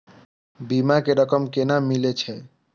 बीमा के रकम केना मिले छै?